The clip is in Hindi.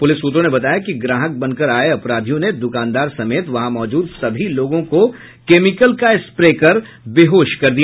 पुलिस सूत्रों ने बताया कि ग्राहक बनकर आये अपराधियों ने दुकानदार समेत वहां मौजूद सभी लोगों को केमिकल का स्प्रे कर बेहोश कर दिया